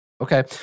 Okay